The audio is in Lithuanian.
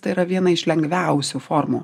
tai yra viena iš lengviausių formų